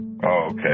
okay